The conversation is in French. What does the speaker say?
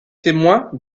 témoins